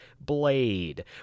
Blade